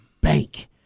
bank